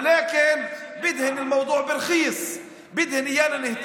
(אנחנו בפני הזדמנות היסטורית, מרוב שהממשלה הזאת